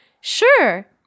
Sure